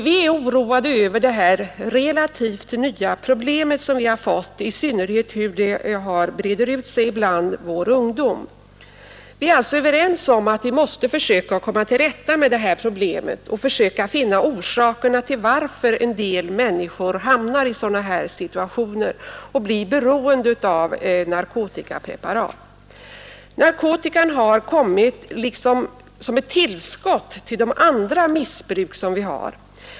Vi är oroade över detta relativt nya problem, i synnerhet som narkotikamissbruket breder ut sig bland vår ungdom. Vi är alltså överens om att vi måste komma till rätta med problemet och försöka finna orsaken till att en del människor hamnar i sådana här situationer och blir beroende av narkotikapreparat. Narkotikamissbruket har liksom kommit som ett tillskott till de andra missbruk som vi har.